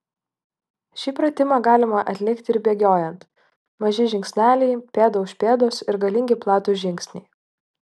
šį pratimą galima atlikti ir bėgiojant maži žingsneliai pėda už pėdos ir galingi platūs žingsniai